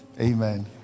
Amen